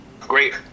great